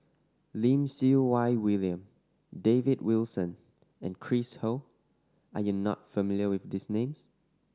Lim Siew Wai William David Wilson and Chris Ho are you not familiar with these names